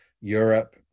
Europe